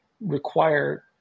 require